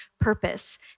purpose